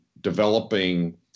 developing